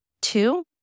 Two